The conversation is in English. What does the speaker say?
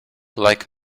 like